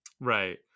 Right